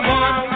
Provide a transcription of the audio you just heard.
one